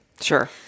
Sure